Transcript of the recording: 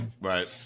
Right